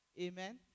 Amen